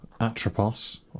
Atropos